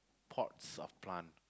pots of plant